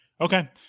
Okay